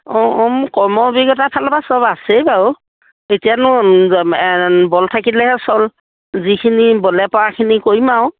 অঁ অঁ কৰ্ম অভিজ্ঞতা ফালৰপা চব আছেই বাৰু এতিয়ানো বল থাকিলে চল যিখিনি বলে পৰাখিনি কৰিম আৰু